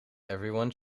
everyone